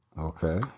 Okay